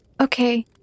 Okay